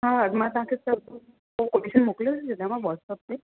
हा मां तव्हांखे सभु पोइ कोटेशन मोकिले थी छॾियांव व्हाट्सअप ते